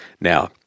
Now